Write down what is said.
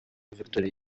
victory